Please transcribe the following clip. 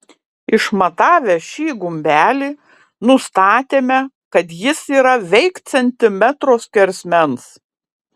išmatavę šį gumbelį nustatėme kad jis yra veik centimetro skersmens